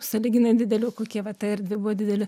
sąlyginai didelių kokia va ta erdvė buvo didelė